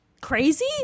crazy